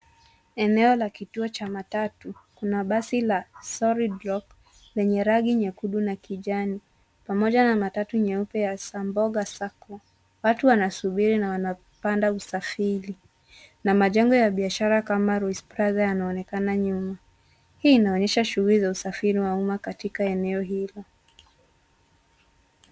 Eneo la kituo cha matatu, kuna basi la Solid Rock , lenye rangi nyekundu na kijani, pamoja na matatu nyeupe ya Samboga Sacco . Watu wanasubiri na wanapanda usafiri, na majengo ya biashara Kamaru [cst]isprase yanaonekana nyuma. Hii inaonyesha shughuli za usafiri wa umma katika eneo hilo.